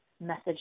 message